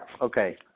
okay